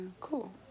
Cool